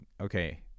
okay